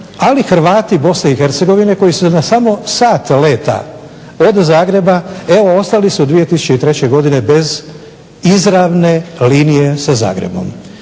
Ali Hrvati Bosne i Hercegovine koji su na samo sat leta od Zagreba, evo ostali su 2003. godine bez izravne linije sa Zagrebom.